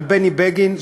על בני בגין,